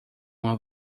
uma